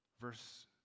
Verse